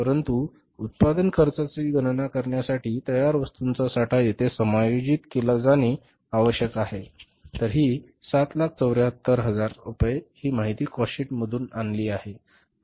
परंतु उत्पादन खर्चाची गणना करण्यासाठी तयार वस्तूंचा साठा येथे समायोजित केला जाणे आवश्यक आहे तर हि 774000 रुपये ही माहिती मी काॅस्ट शीट मधून आणली आहे